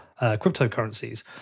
cryptocurrencies